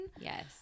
Yes